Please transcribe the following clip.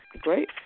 great